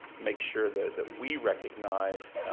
make sure that that we recognize.